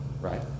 right